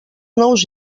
nous